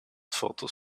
photos